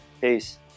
Peace